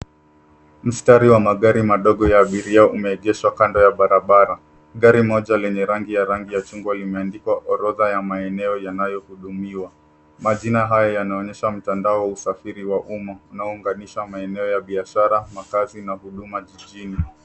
Mstari wa magari madogo ya abiria umeegeshwa kando ya barabara. Gari moja lenye rangi ya rangi ya chungwa imeandikwa orodha ya maeneo yanayohudumiwa. Majina haya yanaonyesha mtandao usafiri wa umma unaounganisha maeneo ya biashara, makazi na huduma jijini.